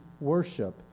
worship